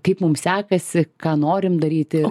kaip mum sekasi ką norim daryti